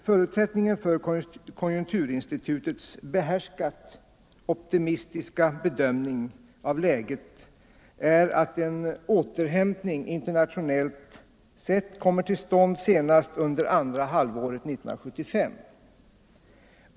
Förutsättningen för konjunkturinstitutets ”behärskat optimistiska” bedömning av läget är att en återhämtning internationellt sett kommer till stånd senast under andra halvåret 1975.